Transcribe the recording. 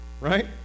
right